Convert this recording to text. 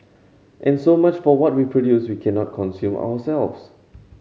and so much for what we produce we cannot consume ourselves